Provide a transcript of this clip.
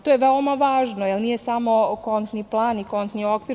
To je veoma važno, jer nije samo kontni plan i kontni okvir.